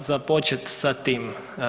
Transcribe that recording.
započet sa tim.